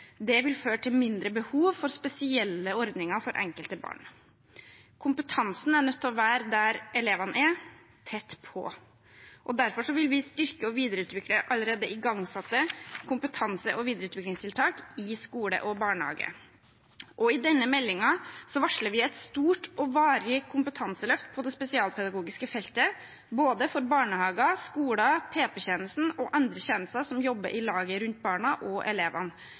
Det vil føre til mindre behov for spesielle ordninger for enkelte barn. Kompetansen må være der elevene er: tett på. Derfor vil vi styrke og videreutvikle allerede igangsatte kompetanse- og videreutviklingstiltak i skole og barnehage. I denne meldingen varsler vi et stort og varig kompetanseløft på det spesialpedagogiske feltet, både for barnehage, skole, PP-tjenesten og andre tjenester som jobber i laget rundt barna og elevene.